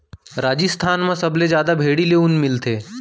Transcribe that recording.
राजिस्थान म सबले जादा भेड़ी ले ऊन मिलथे